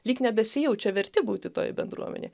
lyg nebesijaučia verti būti toje bendruomenėj